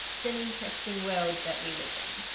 it's an interesting world that we live in.